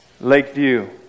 Lakeview